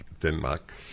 Denmark